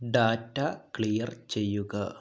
data clear ചെയ്യുക